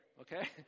okay